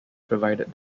provided